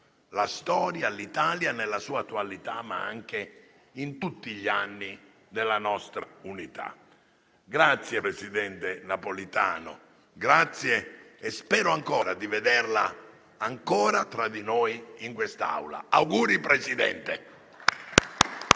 la storia d'Italia nella sua attualità, ma anche per tutti gli anni della nostra unità. Grazie, presidente Napolitano: spero di vederla ancora tra di noi in quest'Aula. Auguri, Presidente*.*